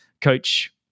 coach